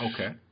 okay